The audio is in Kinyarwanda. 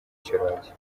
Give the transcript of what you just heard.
shyorongi